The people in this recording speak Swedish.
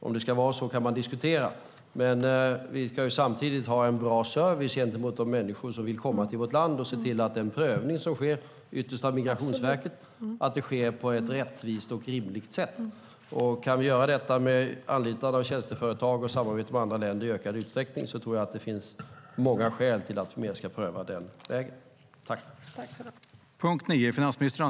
Man kan diskutera om det ska vara så, men vi ska samtidigt ha en bra service gentemot de människor som vill komma till vårt land och se till att den prövning som sker, ytterst av Migrationsverket, sker på ett rättvist och rimligt sätt. Kan vi göra detta genom att anlita tjänsteföretag och genom samarbete med andra länder i ökad utsträckning tror jag att det finns många skäl till att pröva på den vägen.